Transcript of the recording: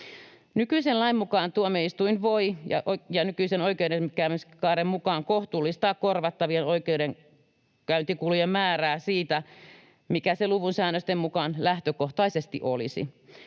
Nykyisen lain mukaan tuomioistuin voi nykyisen oikeudenkäymiskaaren mukaan kohtuullistaa korvattavien oikeudenkäyntikulujen määrää siitä, mikä se luvun säännösten mukaan lähtökohtaisesti olisi.